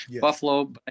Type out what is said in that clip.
Buffalo